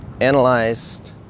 analyzed